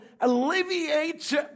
alleviate